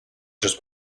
just